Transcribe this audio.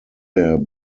der